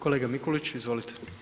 Kolega Mikulić izvolite.